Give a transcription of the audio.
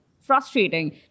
frustrating